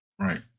Right